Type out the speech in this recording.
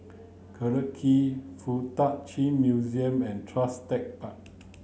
Collyer Quay Fuk Tak Chi Museum and Tuas Tech Park